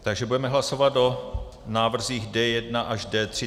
Takže budeme hlasovat o návrzích D1 až D3.